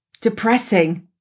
depressing